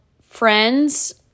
friends